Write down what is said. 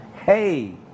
Hey